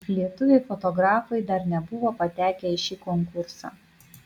lietuviai fotografai dar nebuvo patekę į šį konkursą